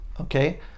okay